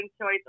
choice